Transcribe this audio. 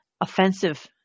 offensive